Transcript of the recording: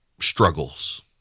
struggles